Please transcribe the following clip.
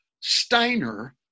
Steiner